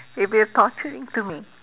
it will be a torturing to me